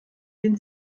dem